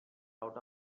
out